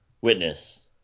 Witness